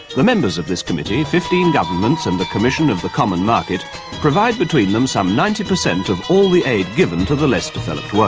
the members of this committee fifteen governments and the commission of the common market provide between them some ninety percent of all the aid given to the less developed world.